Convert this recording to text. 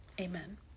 Amen